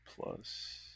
plus